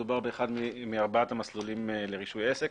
מדובר באחד מארבעת המסלולים לרישוי עסק.